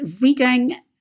reading